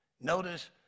Notice